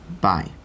Bye